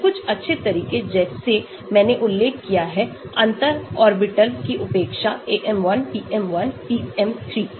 तो कुछ अच्छे तरीके जैसे मैंने उल्लेख किया है अंतर ऑर्बिटल्स की उपेक्षा AM1 PM1 PM3